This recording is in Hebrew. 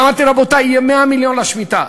אמרתי: רבותי, יהיה 100 מיליון לשמיטה.